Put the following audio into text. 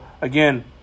again